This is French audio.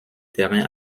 terrain